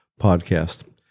podcast